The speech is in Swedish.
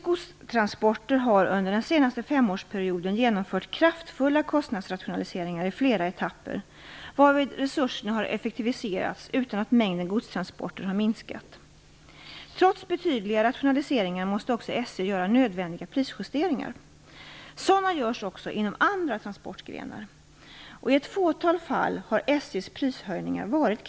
fastställdes att järnvägen skulle ges förutsättningar att spela en viktig roll som ett konkurrenskraftigt, miljövänligt och energisnålt transportmedel. En av dessa förutsättningar är att SJ skall bedriva tågtrafik på affärsmässiga villkor.